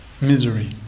misery